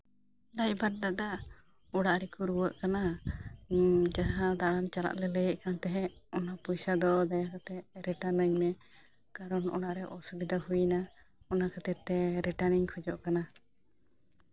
driver ᱫᱟᱫᱟ ᱚᱲᱟᱜ ᱨᱮᱠᱚ ᱨᱩᱣᱟᱹᱜ ᱠᱟᱱᱟ ᱡᱟᱦᱟᱸ ᱫᱟᱬᱟᱱ ᱪᱟᱞᱟᱜ ᱞᱮ ᱞᱟᱹᱭᱮᱫ ᱠᱟᱱ ᱛᱟᱦᱮᱸᱫ ᱚᱱᱟ ᱯᱚᱭᱥᱟ ᱫᱚ ᱫᱟᱭᱟ ᱠᱟᱛᱮᱫ ᱨᱤᱴᱟᱨᱱ ᱟᱹᱧ ᱢᱮ ᱠᱟᱨᱚᱱ ᱚᱲᱟᱜ ᱨᱮ ᱚᱥᱩᱵᱤᱫᱷᱟ ᱦᱩᱭ ᱮᱱᱟ ᱚᱱᱟ ᱠᱷᱟᱹᱛᱤᱨᱛᱮ ᱨᱤᱴᱟᱨᱱ ᱤᱧ ᱠᱷᱚᱡᱚᱜ ᱠᱟᱱᱟ